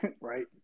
Right